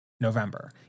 november